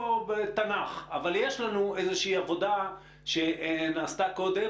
לא תנ"ך אבל יש לנו איזושהי עבודה שנעשתה קודם,